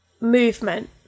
movement